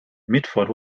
mitford